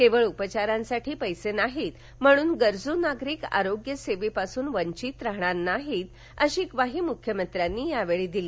केवळ उपचारासाठी पैसे नाहीत म्हणून गरजू नागरिक आरोग्य सेवेपासून वंचित राहणार नाहीत अशी ग्वाही मुख्यमंत्र्यांनी यावेळी दिली